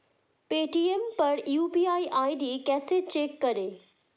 Paytm पर UPI ID कैसे check करें?